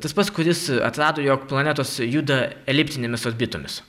tas pats kuris atrado jog planetos juda eliptinėmis orbitomis